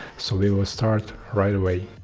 so we will start right away.